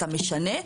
אתה משנה?